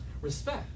Respect